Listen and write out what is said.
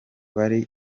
bari